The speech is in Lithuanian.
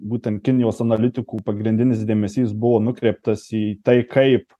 būtent kinijos analitikų pagrindinis dėmesys buvo nukreiptas į tai kaip